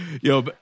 yo